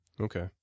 Okay